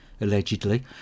allegedly